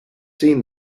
seen